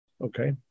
Okay